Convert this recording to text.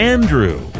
Andrew